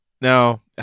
Now